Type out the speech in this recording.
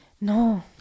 No